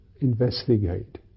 investigate